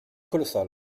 colossale